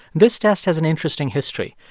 this test has an interesting history.